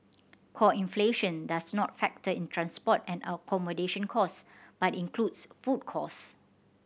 core inflation does not factor in transport and accommodation costs but includes food cost